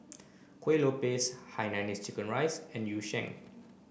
Kuih Lopes Hainanese Curry Rice and Yu Sheng